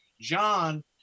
John